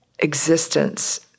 existence